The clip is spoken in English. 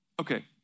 Okay